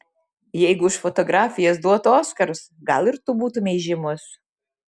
jeigu už fotografijas duotų oskarus gal ir tu būtumei žymus